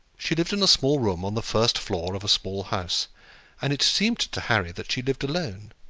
she lived in a small room on the first floor of a small house and it seemed to harry that she lived alone.